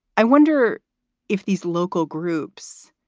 i wonder if these local groups,